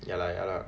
ya lah ya lah